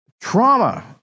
trauma